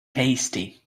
tasty